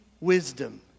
wisdom